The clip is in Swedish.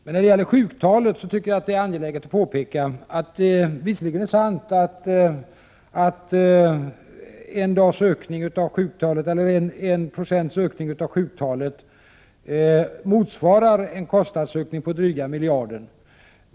När det gäller sjuktalet tycker jag det är angeläget att påpeka att det visserligen är sant att en procents ökning av sjuktalet motsvarar en kostnadsökning av drygt en miljard.